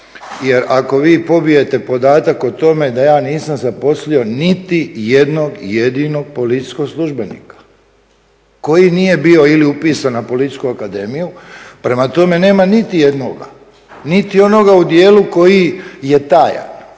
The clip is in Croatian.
jer ako vi pobijete podatak o tome da ja nisam zaposlio niti jednog jedinog policijskog službenika koji nije bio ili upisan na policijsku akademiju. Prema tome, nema niti jednoga, niti onoga u dijelu koji je tajan,